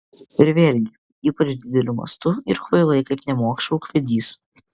ir vėlgi ypač dideliu mastu ir kvailai kaip nemokša ūkvedys